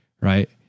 right